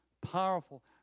powerful